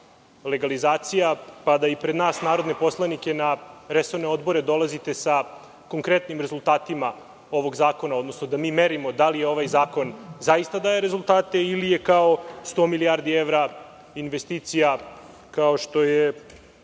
legalizacija, pa da i pred nas narodne poslanike na resorne odbore dolazite sa konkretnim rezultatima ovog zakona, odnosno da mi merimo da li ovaj zakon zaista daje rezultate ili je kao sto milijardi evra investicija kao što je